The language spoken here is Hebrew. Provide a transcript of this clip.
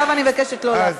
עכשיו אני מבקשת לא להפריע.